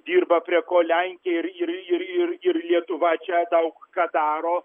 dirba prie ko lenkija ir ir ir ir lietuva čia daug ką daro